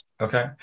Okay